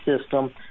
system